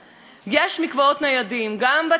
גם בצבא, כשצריך, יש מקוואות ניידים.